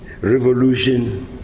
revolution